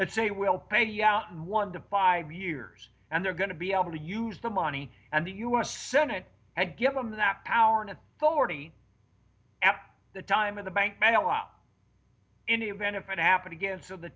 and say we'll pay you out one to five years and they're going to be able to use the money and the u s senate and give them that power and authority at the time of the bank bailout in a benefit to happen again so the